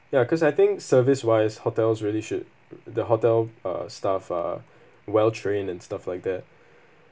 ya cause I think service-wise hotels really should the hotel uh staff are well-trained and stuff like that